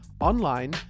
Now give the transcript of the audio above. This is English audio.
online